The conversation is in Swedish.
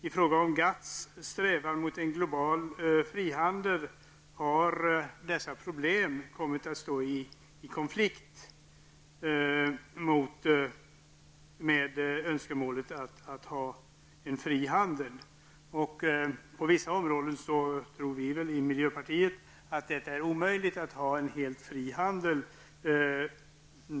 I fråga om GATTs strävan mot en global frihandel har dessa problem kommit att stå i konflikt med önskemålen om att ha en fri handel. På vissa områden tror vi i miljöpartiet att det är omöjligt att ha en helt fri handel.